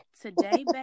today